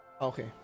Okay